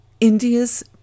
India's